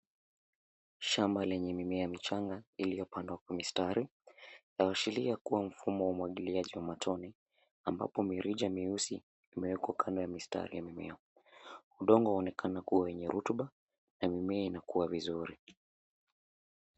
Shamba lenye mimea michanga iliyopandwa kwa mistari inayoashiria kuwa mfumo wa umwagiliaji wa matone ambapo mirija myeusi imewekwa kando ya mistari ya mimea. Udongo unaonekana wenye rutuba na mimea inakua vizuri.